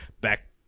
back